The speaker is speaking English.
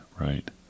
Right